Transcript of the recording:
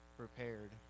prepared